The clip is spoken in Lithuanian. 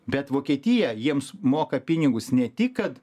bet vokietija jiems moka pinigus ne tik kad